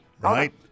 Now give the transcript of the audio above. right